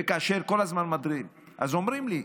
וכאשר כל הזמן, אז אומרים לי: